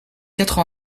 quatre